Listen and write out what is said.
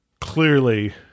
clearly